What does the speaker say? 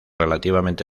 relativamente